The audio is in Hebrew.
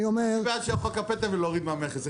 אני בעד ש- -- הפטם ולהוריד מהמכס.